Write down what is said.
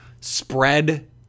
spread